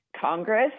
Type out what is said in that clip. Congress